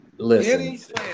Listen